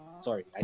sorry